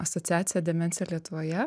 asociaciją demencija lietuvoje